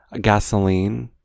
Gasoline